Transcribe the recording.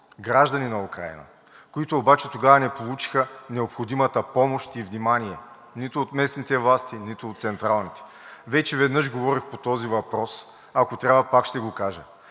граждани на Украйна, които обаче тогава не получиха необходимата помощ и внимание, нито от местните власти, нито от централните. Вече веднъж говорих по този въпрос, ако трябва, пак ще го кажа: